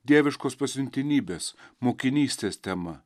dieviškos pasiuntinybės mokinystės tema